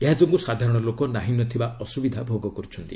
ଏହା ଯୋଗୁଁ ସାଧାରଣ ଲୋକ ନାହିଁ ନଥିବା ଅସୁବିଧା ଭୋଗ କରୁଛନ୍ତି